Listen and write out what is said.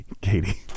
Katie